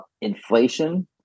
inflation